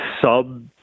Sub